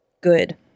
good